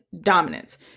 dominance